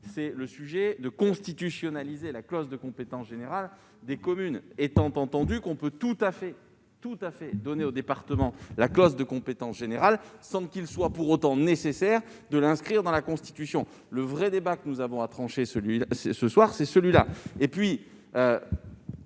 c'est de constitutionnaliser la clause de compétence générale des communes, étant entendu qu'on peut tout à fait conférer au département la clause de compétence générale sans qu'il soit pour autant nécessaire de l'inscrire dans la Constitution. Le vrai débat que nous avons à trancher ce soir, c'est celui-là